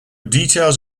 details